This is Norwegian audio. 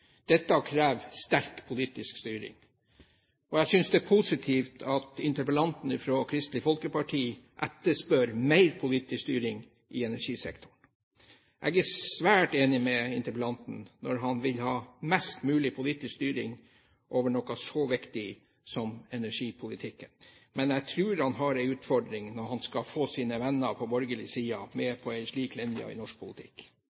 Dette krever sterk politisk styring. Jeg synes det er positivt at interpellanten fra Kristelig Folkeparti etterspør mer politisk styring i energisektoren. Jeg er svært enig med interpellanten når han vil ha mest mulig politisk styring over noe så viktig som energipolitikken, men jeg tror han har en utfordring når han skal få sine venner på borgerlig side med på en slik linje i norsk politikk.